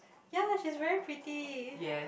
ya she's very pretty